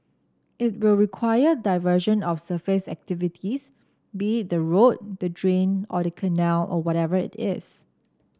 it will require diversion of surface activities be it the road the drain or the canal or whatever it is